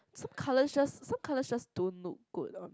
some colours just some colours just don't look good on